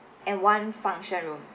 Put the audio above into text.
and one function room